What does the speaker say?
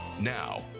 Now